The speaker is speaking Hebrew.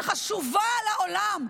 שחשובה לעולם.